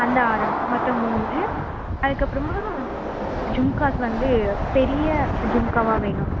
அந்த ஆரம் மொத்தம் மூணு அதுக்கப்புறமா ஜும்காஸ் வந்து பெரிய ஜும்க்காவாக வேணும்